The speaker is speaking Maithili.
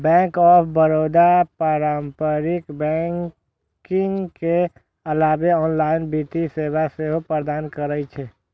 बैंक ऑफ बड़ौदा पारंपरिक बैंकिंग के अलावे ऑनलाइन वित्तीय सेवा सेहो प्रदान करै छै